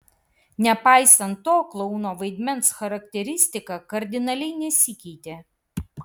nepaisant to klouno vaidmens charakteristika kardinaliai nesikeitė